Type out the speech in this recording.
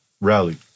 rally